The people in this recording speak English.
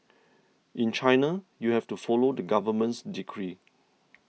in China you have to follow the government's decree